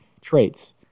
traits